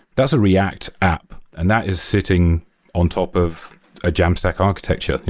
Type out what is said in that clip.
that's a react app, and that is sitting on top of a jamstack architecture.